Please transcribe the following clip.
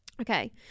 Okay